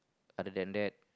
other than that